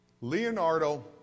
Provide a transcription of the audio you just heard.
Leonardo